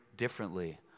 differently